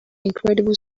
incredible